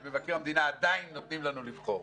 את מבקר המדינה עדיין נותנים לנו לבחור.